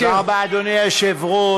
תודה רבה, אדוני היושב-ראש.